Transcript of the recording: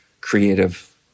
creative